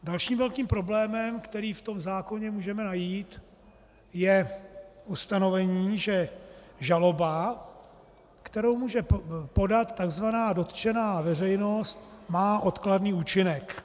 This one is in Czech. Dalším velkým problémem, který v tom zákoně můžeme najít, je ustanovení, že žaloba, kterou může podat takzvaná dotčená veřejnost, má odkladný účinek.